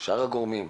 ושאר הגורמים.